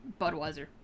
Budweiser